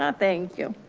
ah thank you.